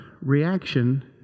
reaction